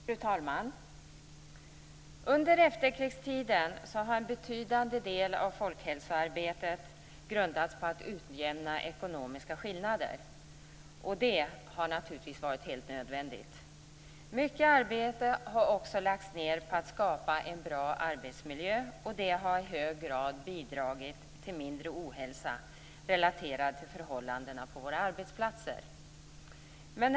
Fru talman! Under hela efterkrigstiden har en betydande del av folkhälsoarbetet grundats på att utjämna ekonomiska skillnader - det har naturligtvis varit helt nödvändigt. Mycket arbete har också lagts ned på att skapa en bra arbetsmiljö, och det har i hög grad bidragit till mindre ohälsa, relaterat till förhållandena på våra arbetsplatser.